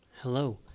Hello